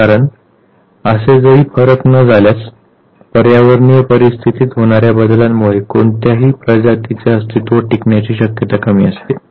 कारण असे की जर फरक न झाल्यास पर्यावरणीय परिस्थितीत होणार्या बदलांमुळे कोणत्याही प्रजातीचे अस्तित्व टिकण्याची शक्यता कमी असते